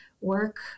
work